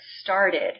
started